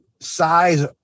size